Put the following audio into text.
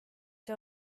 see